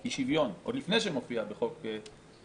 כי יש שוויון עוד לפני שמופיע בחוק יסוד,